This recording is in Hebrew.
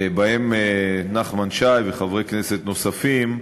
ובהם נחמן שי וחברי כנסת נוספים,